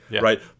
right